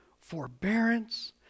forbearance